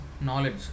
knowledge